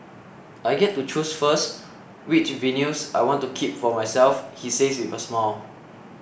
I get to choose first which vinyls I want to keep for myself he says with a smile